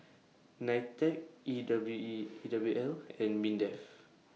NITEC E W E E W L and Mindef